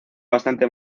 bastante